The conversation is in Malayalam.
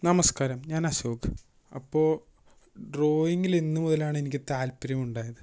നമസ്കാരം ഞാൻ അശോക് അപ്പോൾ ഡ്രോയിങ്ങിലെന്ന് മുതലാണെനിക്ക് താല്പര്യം ഉണ്ടായത്